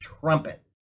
trumpet